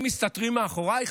אתם מסתתרים מאחוריו,